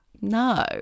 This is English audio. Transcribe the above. no